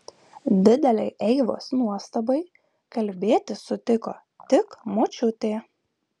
didelei eivos nuostabai kalbėti sutiko tik močiutė